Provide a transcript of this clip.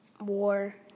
war